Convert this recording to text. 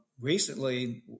Recently